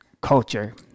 culture